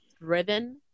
driven